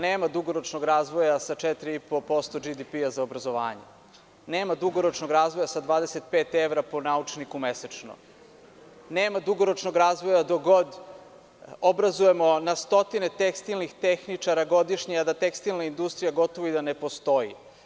Nema dugoročnog razvoja sa 4,5% GDP za obrazovanje, nema dugoročnog razvoja sa 25 evra po naučniku mesečno, nema dugoročnog razvoja dok god obrazujemo na stotine tekstilnih tehničara godišnje, a da tekstilna industrija gotovo i da ne postoji.